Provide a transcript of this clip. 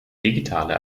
digitale